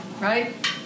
Right